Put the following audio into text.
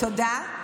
תודה.